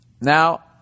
now